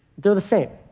they're the same.